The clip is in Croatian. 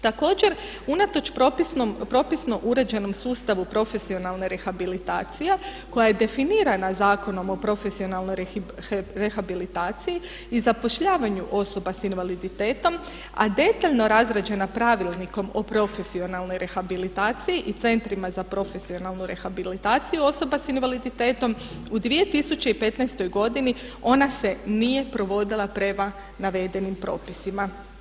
Također, unatoč propisno uređenom sustavu profesionalne rehabilitacije koja je definirana Zakonom o profesionalnoj rehabilitaciji i zapošljavanju osoba s invaliditetom a detaljno razrađena pravilnikom o profesionalnoj rehabilitaciji i centrima za profesionalnu rehabilitaciju osoba s invaliditetom u 2015. godini ona se nije provodila prema navedenim propisima.